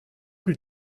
plus